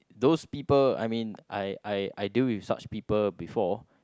those people I mean I I I deal with such people before